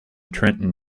trenton